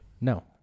No